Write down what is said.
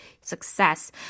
success